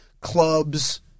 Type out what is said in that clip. clubs